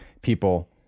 people